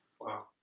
Wow